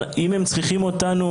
אם הם צריכים אותנו,